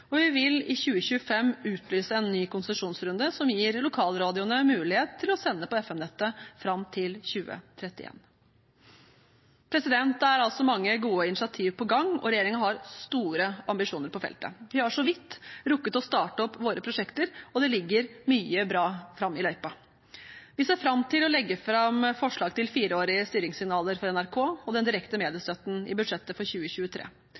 Vi vil i 2025 utlyse ny konsesjonsrunde, som gir lokalradioene mulighet til å sende på FM-nettet fram til 2031. Det er altså mange gode initiativer på gang, og regjeringen har store ambisjoner på feltet. Vi har så vidt rukket å starte opp våre prosjekter, og det ligger mye bra lenger fram i løypa. Vi ser fram til å legge fram forslag til fireårige styringssignaler for NRK og den direkte mediestøtten i budsjettet for 2023.